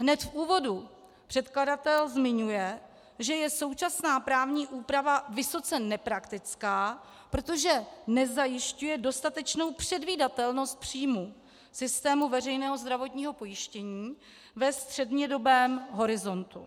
Hned v úvodu předkladatel zmiňuje, že je současná právní úprava vysoce nepraktická, protože nezajišťuje dostatečnou předvídatelnost příjmů systému veřejného zdravotního pojištění ve střednědobém horizontu.